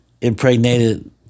impregnated